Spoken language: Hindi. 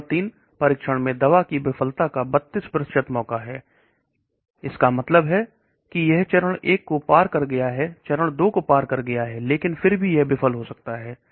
चरण 3 परीक्षणों में दवा की विफलता 32 तक है इसका मतलब यह है कि चरण 1 को और कर लिया है परंतु को पार कर लिया है लेकिन फिर भी यह विफल हो सकता है